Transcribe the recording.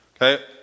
Okay